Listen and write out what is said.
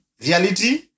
Reality